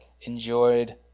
enjoyed